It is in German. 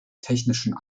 technischen